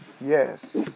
yes